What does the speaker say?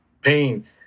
pain